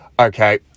okay